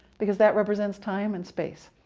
because that represents time and space.